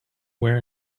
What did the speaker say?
where